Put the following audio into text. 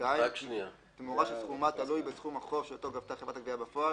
(2) תמורה שסכומה תלוי בסכום החוב שאותו גבתה חברת הגבייה בפועל,